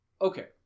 Okay